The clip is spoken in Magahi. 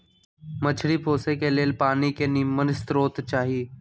मछरी पोशे के लेल पानी के निम्मन स्रोत चाही